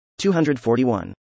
241